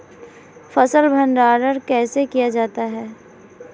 फ़सल भंडारण कैसे किया जाता है?